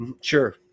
Sure